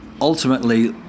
ultimately